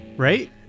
right